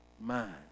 mind